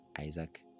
Isaac